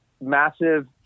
massive